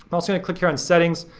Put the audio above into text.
also gonna click here on settings.